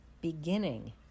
beginning